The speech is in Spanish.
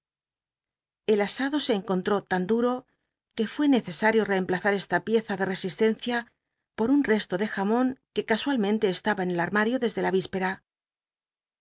el asado se enconla ó lan duro c ue fué nccesaaio acemplazar esta pieza ele a csistencia por un resto de jamon c ue casualmente estaba en el aamario desde la víspera